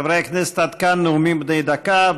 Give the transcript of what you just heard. חברי הכנסת, עד כאן נאומים בני דקה.